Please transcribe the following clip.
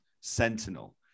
Sentinel